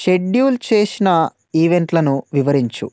schedule చేసిన ఈవెంట్లను వివరించు